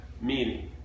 meaning